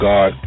God